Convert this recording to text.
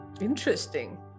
Interesting